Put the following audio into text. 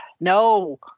No